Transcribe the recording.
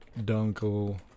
Dunkel